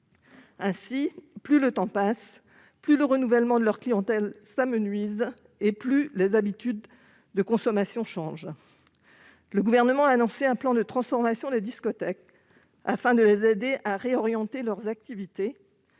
Ainsi, plus le temps passe, moins la clientèle se renouvelle et plus les habitudes de consommation changent. Le Gouvernement a annoncé un plan de transformation des discothèques afin de les aider à réorienter leurs activités.